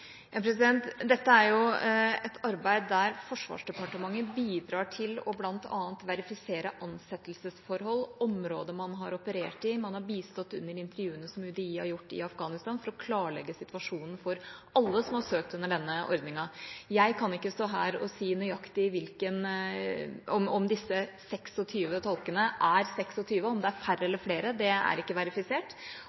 Dette er et arbeid der Forsvarsdepartementet bidrar bl.a. til å verifisere ansettelsesforhold og områder man har operert i. Man har bistått under intervjuene som UDI har gjort i Afghanistan, for å klarlegge situasjonen for alle som har søkt under denne ordninga. Jeg kan ikke stå her og si nøyaktig om disse 26 tolkene er 26. Om det er færre eller flere, er ikke verifisert, og det er heller ikke verifisert om